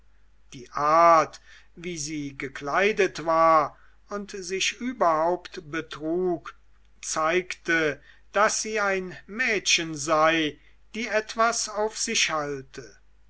die art wie sie gekleidet war und sich überhaupt betrug zeigte daß sie ein mädchen sei die etwas auf sich halte